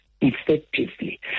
effectively